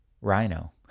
Rhino